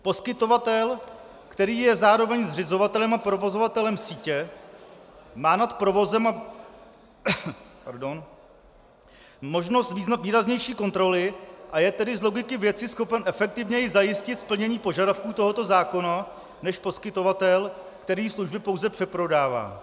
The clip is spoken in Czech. Poskytovatel, který je zároveň zřizovatelem a provozovatelem sítě, má nad provozem možnost výraznější kontroly, a je tedy z logiky věci schopen efektivněji zajistit splnění požadavků tohoto zákona než poskytovatel, který služby pouze přeprodává.